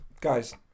guys